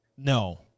No